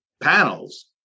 panels